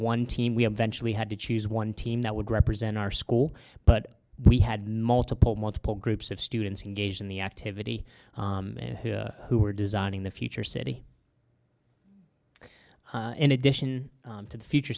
one team we had ventured we had to choose one team that would represent our school but we had multiple multiple groups of students engaged in the activity who were designing the future city in addition to the future